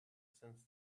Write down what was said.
since